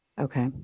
Okay